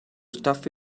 stuff